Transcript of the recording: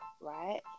right